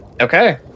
Okay